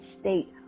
state